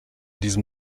diesem